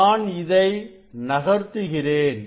நான் இதை நகர்த்துகிறேன்